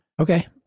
Okay